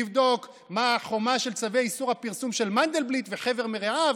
לבדוק מה החומה של צווי איסור הפרסום של מנדלבליט וחבר מרעיו.